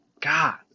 God